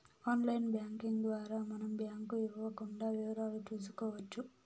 online banking ద్వారా మనం bank ఇవ్వకుండా వివరాలు చూసుకోవచ్చు